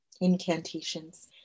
incantations